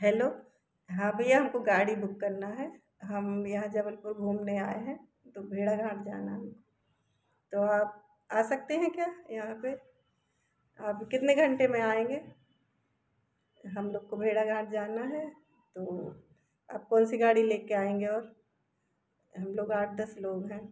hello हाँ भैया हम को गाड़ी बुक करना है हम यहाँ जबलपुर घूमने आए हैं भेड़ाघाट जाना है तो आप आ सकते हैं क्या यहाँ पर हाँ तो कितने घंटे में आएंगे हम लोग को भेड़ाघाट जाना है तो आप कौन सी गाड़ी ले कर आएँगे और हम लोग आठ दस लोग हैं